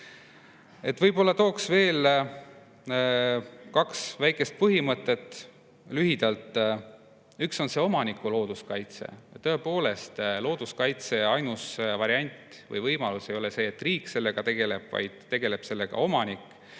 Võib-olla toon lühidalt veel kaks väikest põhimõtet. Üks on omaniku looduskaitse. Tõepoolest, looduskaitse ainus variant või võimalus ei ole see, et riik sellega tegeleb, vaid sellega võib